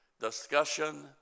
Discussion